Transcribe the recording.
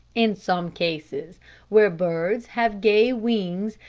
in some cases where birds have gay wings,